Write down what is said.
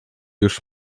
już